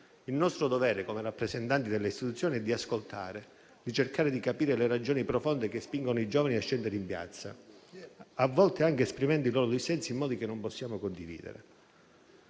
Il nostro dovere come rappresentanti delle istituzioni è di ascoltare e cercare di capire le ragioni profonde che spingono i giovani a scendere in piazza, a volte anche esprimendo i loro dissensi in modi che non possiamo condividere,